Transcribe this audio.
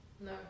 No